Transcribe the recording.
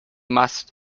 must